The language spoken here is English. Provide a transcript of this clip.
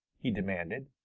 he demanded.